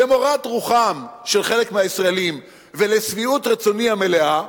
למורת רוחם של חלק מהישראלים ולשביעות רצוני המלאה,